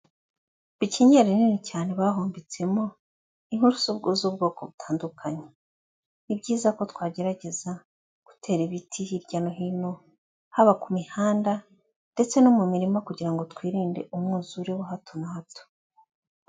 Pikinyeri nini cyane bahumbitsemo inturuso z'ubwoko butandukanye. Ni byiza ko twagerageza gutera ibiti hirya no hino, haba ku mihanda ndetse no mu mirima kugira ngo twirinde umwuzure wa hato na hato.